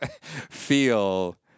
feel